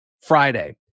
Friday